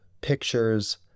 pictures